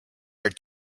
are